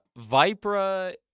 Vipra